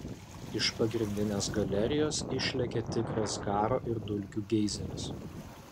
iš pagrindinės galerijos išlekia tikras garo ir dulkių geizeris